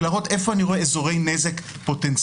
ולהראות איפה אני רואה אזורי נזק פוטנציאליים,